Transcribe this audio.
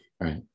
Right